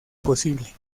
posible